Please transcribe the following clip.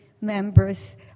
members